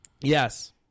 Yes